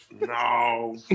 No